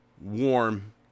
warm